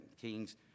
Kings